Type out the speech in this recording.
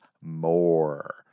more